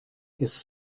his